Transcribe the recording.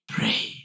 Pray